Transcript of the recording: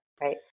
right